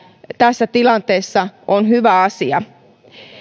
tässä tilanteessa on hyvä asia